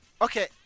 Okay